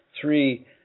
three